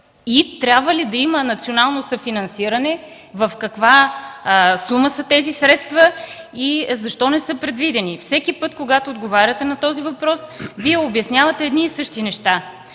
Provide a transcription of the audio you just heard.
и трябва ли да има национално съфинансиране, каква сума са тези средства и защо не са предвидени? Всеки път, когато отговаряте на този въпрос, Вие обяснявате едни и същи неща.